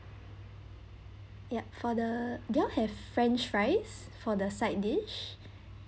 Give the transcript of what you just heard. ya for the do you all have french fries for the side dish